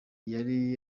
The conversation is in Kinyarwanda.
yari